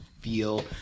feel